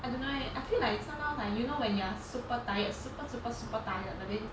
I don't know eh I feel like sometimes I you know when you are super tired super super super tired but then